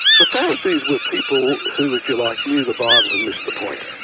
the pharisees were people who if you like knew the bible and missed the point.